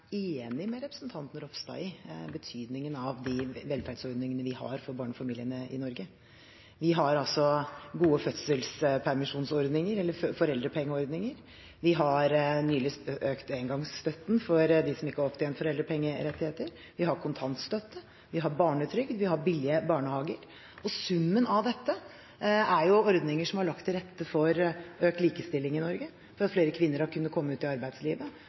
enig med representanten Ropstad i betydningen av de velferdsordningene vi har for barnefamiliene i Norge. Vi har gode fødselspermisjonsordninger, eller foreldrepengeordninger, vi har nylig økt engangsstøtten for dem som ikke har opptjent foreldrepengerettigheter, vi har kontantstøtte, vi har barnetrygd, vi har billige barnehager, og summen av dette er ordninger som har lagt til rette for økt likestilling i Norge, for at flere kvinner har kunnet komme ut i arbeidslivet